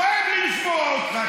כואב לי לשמוע אותך.